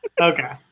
Okay